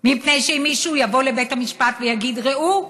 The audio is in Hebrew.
מפני שאם מישהו יבוא לבית המשפט ויגיד: ראו,